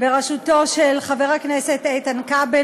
בראשותו של חבר הכנסת איתן כבל,